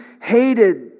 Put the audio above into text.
hated